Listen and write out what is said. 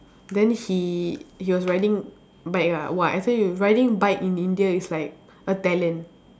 then he he was riding bike ah !wah! I say you riding bike in India is like a talent